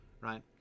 right